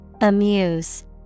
amuse